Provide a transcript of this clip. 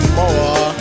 more